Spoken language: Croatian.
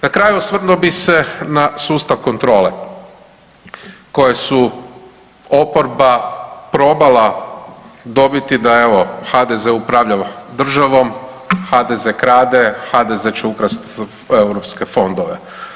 Na kraju osvrnuo bih se na sustav kontrole koje su oporba probala dobiti da evo HDZ upravlja državom, HDZ krade, HDZ će ukrasti europske fondove.